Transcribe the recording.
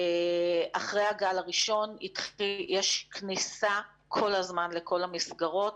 אחרי הגל הראשון יש כניסה כל הזמן לכל המסגרות